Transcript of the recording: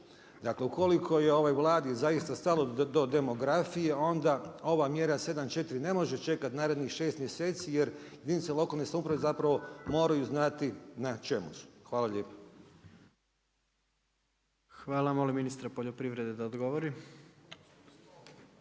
Dakle ukoliko je ovoj Vladi zaista stalo do demografije onda ova mjera 7.4. ne može čekati narednih 6 mjeseci jer jedinice lokalne samouprave zapravo moraju znati na čemu su. Hvala lijepa. **Jandroković, Gordan (HDZ)** Hvala molim ministra poljoprivrede da odgovori.